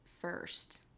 first